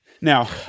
Now